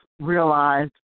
realized